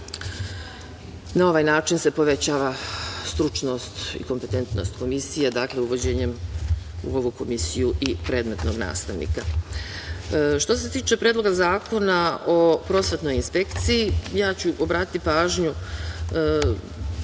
Na ovaj način se povećava stručnost i kompetentnost komisije, dakle uvođenjem u ovu komisiju i predmetnog nastavnika. Što se tiče Predloga zakona o prosvetnoj inspekciji, ja ću obratiti pažnju,